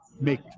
make